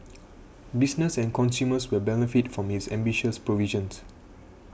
business and consumers will benefit from its ambitious provisions